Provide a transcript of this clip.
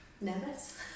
Nervous